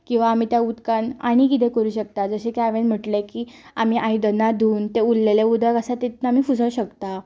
किंवा आमी त्या उदकान आनी कितें करूं शकता जशें की हांवेंन म्हटलें की आमी आयदनां धुवन तें उदक उलेल्लें उदक तितून आमी पुसो शकता